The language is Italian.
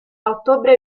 ottobre